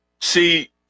See